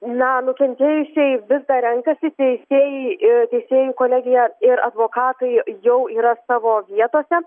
na nukentėjusieji vis dar renkasi teisėjai ir teisėjų kolegija ir advokatai jau yra savo vietose